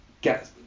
get